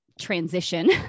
transition